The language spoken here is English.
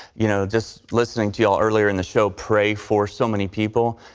you know, just listening to, yeah earlier in the show pray for so many people.